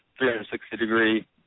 360-degree